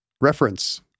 reference